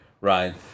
right